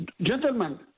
Gentlemen